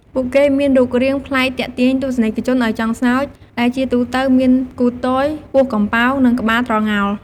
ពួកគេមានរូបរាងប្លែកទាក់ទាញទស្សនិកជនឱ្យចង់សើច ដែលជាទូទៅមានគូថទយ ពោះកំប៉ោង និងក្បាលត្រងោល ។